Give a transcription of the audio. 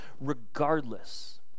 regardless